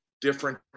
different